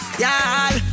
Y'all